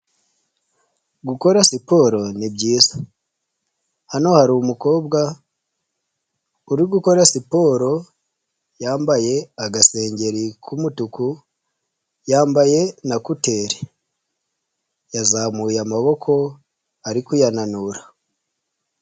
Gukora siporo nibyiza hano hari umukobwa uri gukora siporo yambaye agasengeri k'umutuku yambaye na kuteri yazamuye amaboko ari kuyananura.